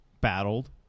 battled